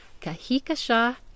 Kahikasha